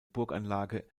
burganlage